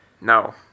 No